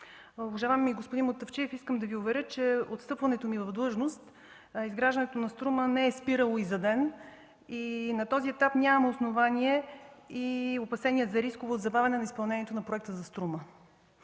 Уважаеми господин Мутафчиев, искам да Ви уверя, че от встъпването ми в длъжност изграждането на „Струма” не е спирало и за ден. На този етап нямам основания за опасения за риск от забавянето на проекта за „Струма”.